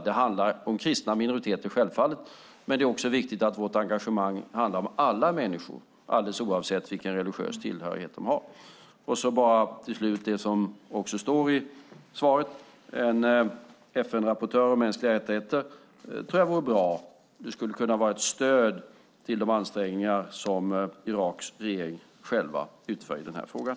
Det handlar om kristna minoriteter, självfallet, men det är också viktigt att vårt engagemang handlar om alla människor, oavsett vilken religiös tillhörighet de har. Till slut kan jag bara säga det som också står i svaret om en FN-rapportör om mänskliga rättigheter. Jag tror att det vore bra. Det skulle kunna vara ett stöd för de ansträngningar som Iraks regering själv utför i den här frågan.